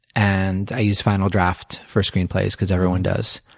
and i use final draft for screenplays because everyone does.